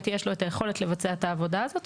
יש לו את היכולת לבצע את העבודה הזאת,